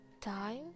Time